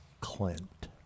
Clint